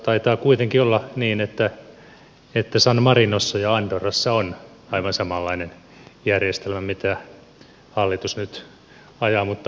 taitaa kuitenkin olla niin että san marinossa ja andorrassa on aivan samanlainen järjestelmä kuin mitä hallitus nyt ajaa mutta ministeri tietää tarkemmin